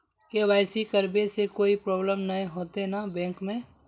KYC करबे से कोई प्रॉब्लम नय होते न बैंक में?